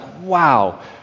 wow